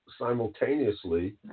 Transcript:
simultaneously